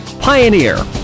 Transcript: Pioneer